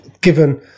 Given